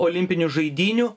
olimpinių žaidynių